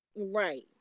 Right